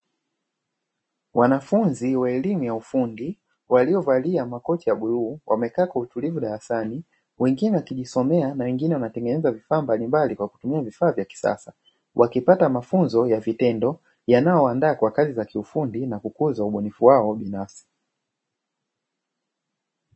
Wanafunzi wa elimu ya ufundi waliovalia makochi ya buluu, wamekaa kwa utulivu darasani wengine wakijisomea na wengine wanatengeneza vifaa mbalimbali kwa kutumia vifaa vya kisasa, wakipata mafunzo ya vitendo yanayoandaa kwa kazi za kiufundi na kukuza ubunifu wao binafsi.